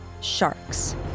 sharks